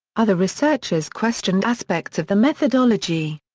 other researchers questioned aspects of the methodology.